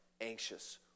anxious